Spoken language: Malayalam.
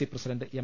C president M